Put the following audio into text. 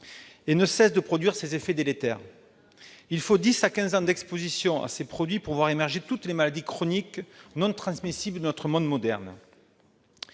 ne cesse de produire ses effets délétères. Il faut de dix à quinze ans d'exposition à ces produits pour voir émerger toutes les maladies chroniques non transmissibles de notre monde moderne